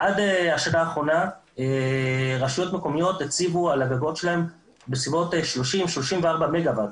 עד השנה האחרונה רשויות מקומיות הציבו על הגגות שלהן כ-34-30 מגה-ואט.